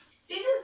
Season